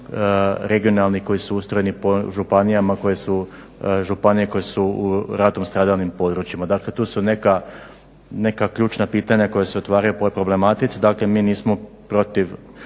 regionalnih koji su ustrojeni po županijama koje su, županije koje su u ratom stradalim područjima? Dakle, tu su neka ključna pitanja koja se otvaraju po ovoj problematici. Dakle mi nismo protiv